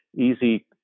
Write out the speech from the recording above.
easy